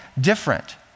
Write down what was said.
different